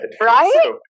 Right